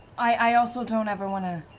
i also don't ever want to